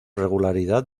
regularidad